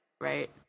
right